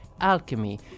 alchemy